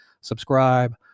subscribe